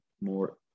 more